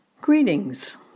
Greetings